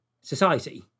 society